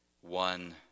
one